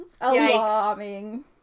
Alarming